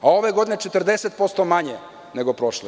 A ove godine 40% manje nego prošle.